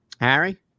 Harry